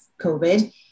COVID